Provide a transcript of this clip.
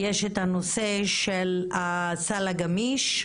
יש את הנושא של הסל הגמיש,